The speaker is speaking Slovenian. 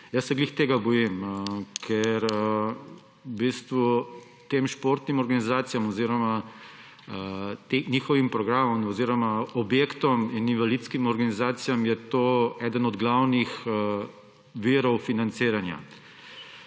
Jaz se ravno tega bojim, ker je tem športnim organizacijam oziroma njihovim programom oziroma objektom in invalidskim organizacijam to eden od glavnih virov financiranja.